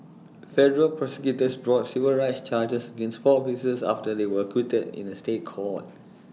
federal prosecutors brought civil rights charges against four officers after they were acquitted in A State Court